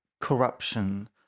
corruption